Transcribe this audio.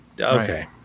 okay